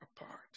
apart